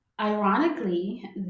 ironically